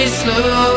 slow